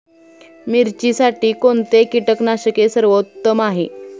मिरचीसाठी कोणते कीटकनाशके सर्वोत्तम आहे?